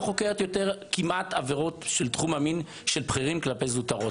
לא חוקרת יותר כמעט עבירות בתחום מין של בכירים כלפי זוטרות.